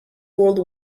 world